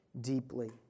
deeply